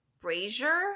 brazier